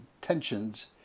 tensions